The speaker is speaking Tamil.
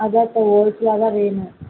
அதான் இப்போ ஹோல்சேல்லாதான் வேணும்